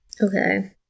Okay